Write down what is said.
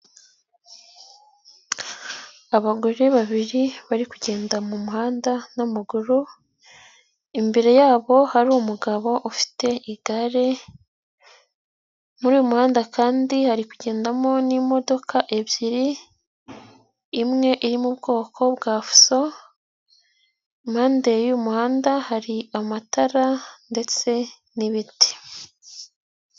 Abagore babiri bari kugenda mu muhanda n'amaguru, imbere yabo hari umugabo ufite igare, muri uyu muhanda kandi hari kugendamo n'imodoka ebyiri, imwe iri mu bwoko bwa fuso impande y'uyu muhanda hari amatara ndetse n'ibiti.